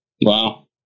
Wow